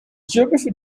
geography